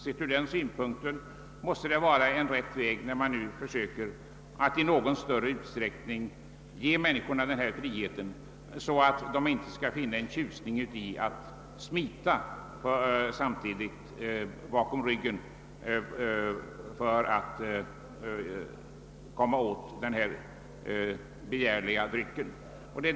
Sett ur den synpunkten måste det vara rätt väg när man nu försöker att i någon större utsträckning ge medborgarna frihet, så att de icke skall finna tjusning i att smita bakom ryggen på överordnade för att komma åt den begärliga drycken.